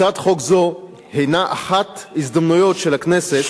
הצעת חוק זו הינה אחת ההזדמנויות של הכנסת,